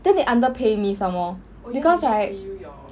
then they under pay me some more because right